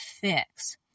fix